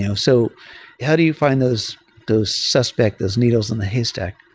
you know so how do you find those those suspects, those needles on the haystack?